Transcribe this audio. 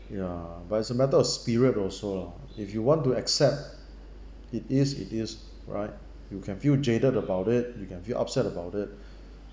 ya but it's a matter of spirit also lah if you want to accept it is it is right you can feel jaded about it you can feel upset about it